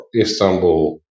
Istanbul